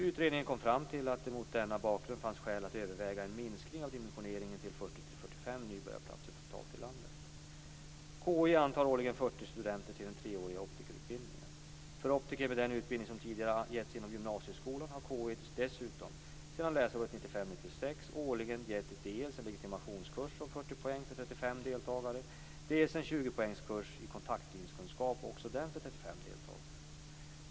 Utredningen kom fram till att det mot denna bakgrund fanns skäl att överväga en minskning av dimensioneringen till 40-45 nybörjarplatser totalt i landet. KI antar årligen 40 studenter till den treåriga optikerutbildningen. För optiker med den utbildning som tidigare getts inom gymnasieskolan, har KI dessutom sedan läsåret 1995/96 årligen gett dels en legitimationskurs om 40 poäng för 35 deltagare, dels en 20 deltagare.